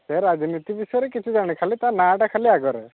ସେ ରାଜନୀତି ବିଷୟରେ କିଛି ଜାଣେନି ଖାଲି ତା' ନାଁଟା ଖାଲି ଆଗରେ